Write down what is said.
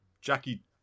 Jackie